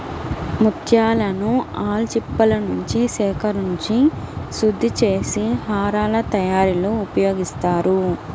ముత్యాలను ఆల్చిప్పలనుంచి సేకరించి శుద్ధి చేసి హారాల తయారీలో ఉపయోగిస్తారు